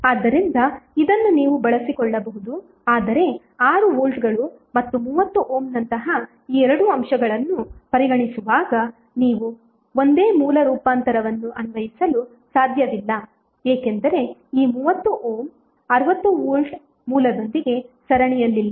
ಆದ್ದರಿಂದ ಇದನ್ನು ನೀವು ಬಳಸಿಕೊಳ್ಳಬಹುದು ಆದರೆ 6 ವೋಲ್ಟ್ಗಳು ಮತ್ತು 30 ಓಮ್ನಂತಹ ಈ ಎರಡು ಅಂಶಗಳನ್ನು ಪರಿಗಣಿಸುವಾಗ ನೀವು ಒಂದೇ ಮೂಲ ರೂಪಾಂತರವನ್ನು ಅನ್ವಯಿಸಲು ಸಾಧ್ಯವಿಲ್ಲ ಏಕೆಂದರೆ ಈ 30 ಓಮ್ 60 ವೋಲ್ಟ್ ಮೂಲದೊಂದಿಗೆ ಸರಣಿಯಲ್ಲಿಲ್ಲ